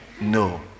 No